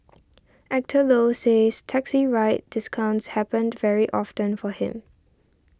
Actor Low says taxi ride discounts happen to very often for him